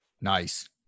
Nice